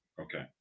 Okay